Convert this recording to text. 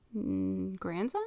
grandson